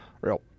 real